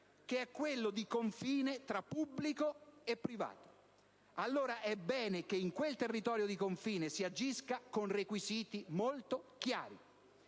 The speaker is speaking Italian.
che è quello di confine tra pubblico e privato. Allora, è bene che in quel territorio di confine si agisca con requisiti molto chiari.